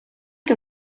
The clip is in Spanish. que